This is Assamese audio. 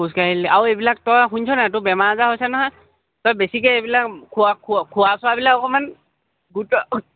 খোজকাঢ়িলে আৰু এইবিলাক তই শুনিছ নাই তোক বেমাৰ আজাৰ হৈছে নহয় তই বেছিকৈ এইবিলাক খোৱা খোৱা চোৱাবিলাক অকমান গুৰুত্ব